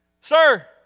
Sir